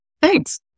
Thanks